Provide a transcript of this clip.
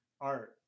art